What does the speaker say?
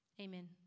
Amen